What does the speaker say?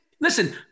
Listen